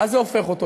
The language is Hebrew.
למה זה הופך אותו?